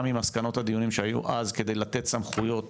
ממסקנות הדיונים שהיו אז כדי לתת סמכויות